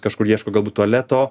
kažkur ieško galbūt tualeto